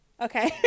Okay